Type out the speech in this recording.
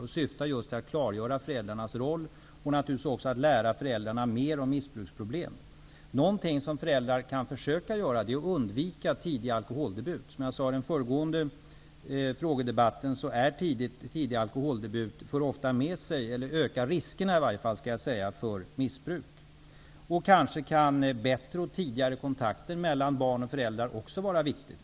Informationen har syftat till att klargöra föräldrars roll och naturligtvis att lära dem mer om missbruksproblem. Något som föräldrar kan försöka göra är att unvika tidig alkoholdebut. Jag sade i den föregående frågedebatten att tidig alkoholdebut ökar riskerna för missbruk. Kanske kan bättre och tidigare kontakter mellan barn och föräldrar också vara viktigt.